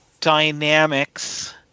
dynamics